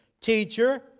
Teacher